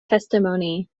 testimony